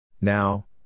Now